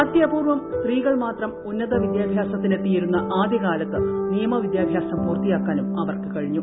അത്യപൂർവം സ്ത്രീകൾ മാത്രം ഉന്നത വിദ്യാഭ്യാസത്തിനെത്തിയി രുന്ന ആദ്യകാലത്ത് നിയമവിദ്യാഭ്യാസം പൂർത്തിയാക്കാനും അവർക്ക് കഴിഞ്ഞു